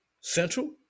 Central